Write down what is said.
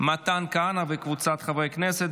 מתן כהנא וקבוצת חברי הכנסת.